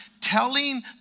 telling